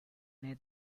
nei